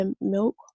milk